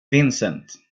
vincent